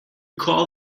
call